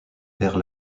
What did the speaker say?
père